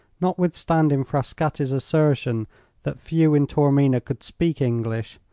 notwithstanding frascatti's assertion that few in taormina could speak english,